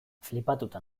flipatuta